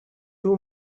two